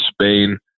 Spain